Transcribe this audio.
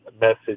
message